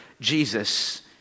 Jesus